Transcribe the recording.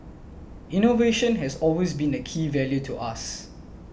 innovation has always been a key value to us